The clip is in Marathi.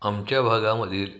आमच्या भागामधील